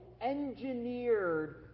engineered